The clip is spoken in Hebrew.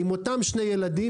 עם אותם שני ילדים,